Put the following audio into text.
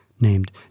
named